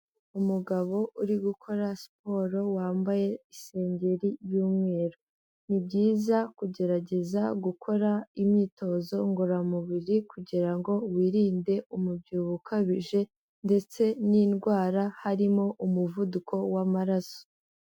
Umugabo uri gukora siporo, wambaye isengeri y'umweru. Ni byiza kugerageza gukora imyitozo ngororamubiri kugira ngo wirinde umubyibuho ukabije ndetse n'indwara, harimo umuvuduko w'amaraso.